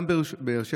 גם בבאר שבע,